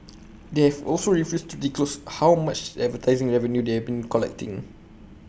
they have also refused to disclose how much advertising revenue they have been collecting